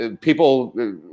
People